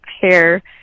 hair